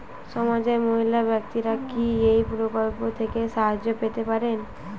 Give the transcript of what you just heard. সমাজের মহিলা ব্যাক্তিরা কি এই প্রকল্প থেকে সাহায্য পেতে পারেন?